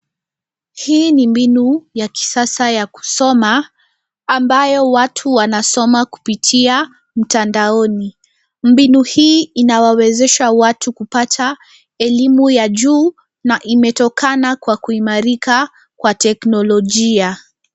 Hii ni mbinu ya kisasa ya kusoma ambayo watu wanasoma kupitia mtandaoni. Mbinu hii inawawezesha watu kupata elimu ya juu na imetokana kwa kuimarika kwa teknolojia.